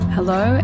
Hello